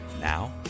Now